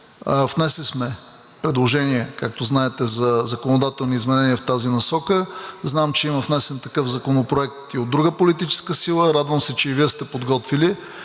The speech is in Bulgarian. Внесли сме предложение, както знаете, за законодателни изменения в тази насока. Знам, че има внесен такъв законопроект и от друга политическа сила. Радвам се, че и Вие сте подготвили.